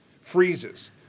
freezes